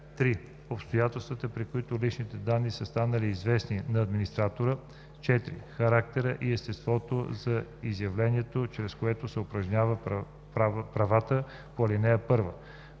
3. обстоятелствата, при които личните данни са станали известни на администратора; 4. характера и естеството на изявлението, чрез което се упражняват правата по ал. 1;